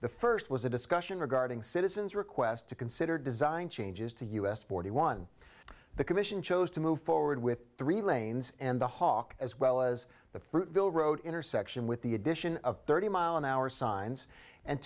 the first was a discussion regarding citizens requests to consider design changes to u s forty one the commission chose to move forward with three lanes and the hawk as well as the fruitvale road intersection with the addition of thirty mile an hour signs and